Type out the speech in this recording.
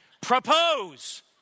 Propose